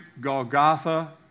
Golgotha